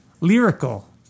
Lyrical